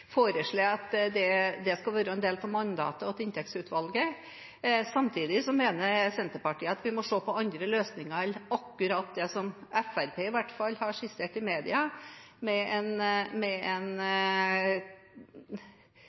foreslår at det skal være en del av mandatet til inntektsutvalget. Samtidig mener Senterpartiet at vi må se på andre løsninger enn akkurat det som Fremskrittspartiet, i hvert fall, har skissert i media. Den innretningen er ikke sikkert er den rette, f.eks. om det skal være en